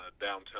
downtown